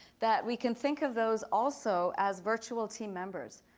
that we can think of those also as virtual team members.